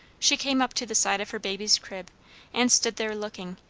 she came up to the side of her baby's crib and stood there looking,